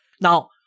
Now